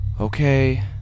Okay